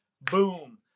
boom